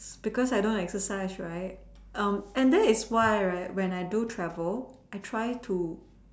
because I don't exercise right um and then it's why right when I do travel I try to